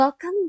Welcome